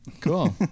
Cool